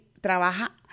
trabaja